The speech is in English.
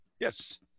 Yes